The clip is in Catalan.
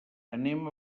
anem